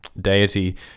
deity